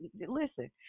Listen